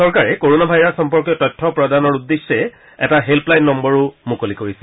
চৰকাৰে corona virus সম্পৰ্কীয় তথ্য প্ৰদানৰ উদ্দেশ্যে এটা হেল্পলৈইন নম্বৰো মুকলি কৰিছে